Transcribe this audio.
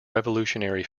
revolutionary